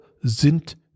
sind